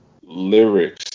Lyrics